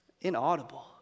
inaudible